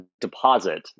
deposit